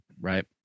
right